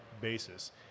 basis